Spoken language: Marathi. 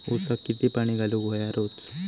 ऊसाक किती पाणी घालूक व्हया रोज?